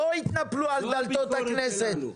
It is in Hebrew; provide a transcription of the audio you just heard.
לא התנפלו על דלתות הכנסת,